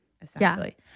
essentially